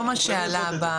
זה לא מה שעלה במחקר.